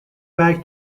back